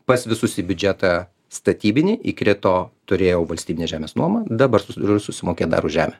pas visus į biudžetą statybinį įkrito turėjau valstybinės žemės nuomą dabar su sumokėt dar už žemę